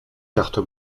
carte